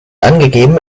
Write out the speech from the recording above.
angegeben